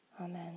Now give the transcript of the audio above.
Amen